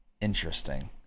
Interesting